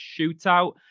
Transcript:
shootout